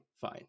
Fine